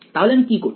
তাহলে আমি কি করছি